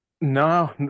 no